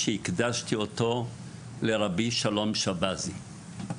שהקדשתי אותו לרבי שלום שבזי.